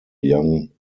young